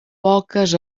poques